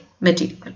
material